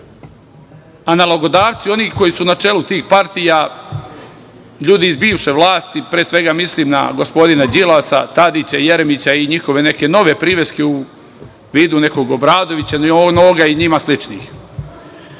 nalogodavci onih koji su na čelu tih partija, ljudi iz bivše vlasti, pre svega, mislim na gospodina Đilasa, Tadića, Jeremića i njihove neke nove priveske u vidu nekog Obradovića, Noga i njima